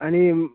आनी